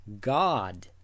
God